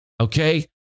Okay